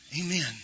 Amen